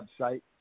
website